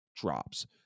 drops